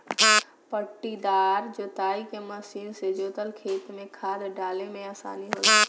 पट्टीदार जोताई के मशीन से जोतल खेत में खाद डाले में आसानी होला